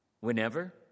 Whenever